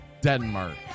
Denmark